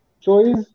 choice